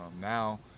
now